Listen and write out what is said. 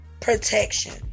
protection